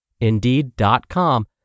Indeed.com